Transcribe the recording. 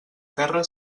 terra